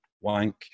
wank